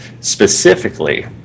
specifically